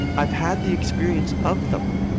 i've had the experience of them,